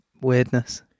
weirdness